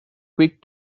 quick